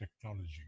technology